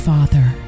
Father